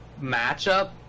matchup